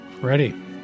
Ready